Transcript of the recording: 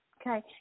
okay